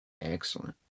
Excellent